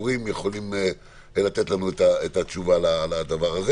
ספורים יכולים לתת לנו את התשובה לזה,